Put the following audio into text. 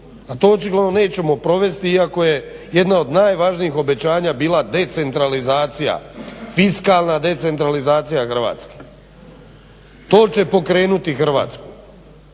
a to očigledno nećemo provesti iako je jedna od najvažnijih obećanja bila decentralizacija, fiskalna decentralizacija Hrvatske. To će pokrenuti Hrvatsku.